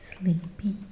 sleepy